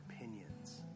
opinions